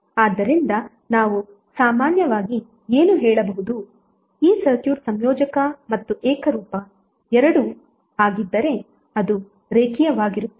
ಆದ್ದರಿಂದ ನಾವು ಸಾಮಾನ್ಯವಾಗಿ ಏನು ಹೇಳಬಹುದು ಈ ಸರ್ಕ್ಯೂಟ್ ಸಂಯೋಜಕ ಮತ್ತು ಏಕರೂಪ ಎರಡೂ ಆಗಿದ್ದರೆ ಅದು ರೇಖೀಯವಾಗಿರುತ್ತದೆ